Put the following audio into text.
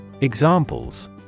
Examples